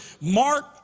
Mark